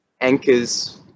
anchors